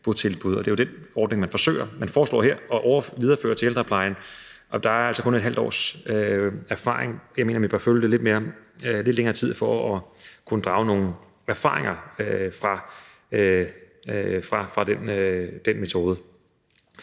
Det er jo den ordning, man foreslår her at videreføre til ældreplejen, men der er altså kun et halvt års erfaring. Jeg mener, at vi bør følge det lidt længere tid for at kunne drage nogle erfaringer fra den metode.